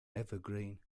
evergreen